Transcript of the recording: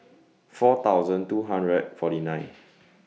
four thousand two hundred and forty nine